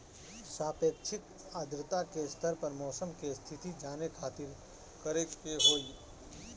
सापेक्षिक आद्रता के स्तर या मौसम के स्थिति जाने खातिर करे के होई?